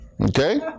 okay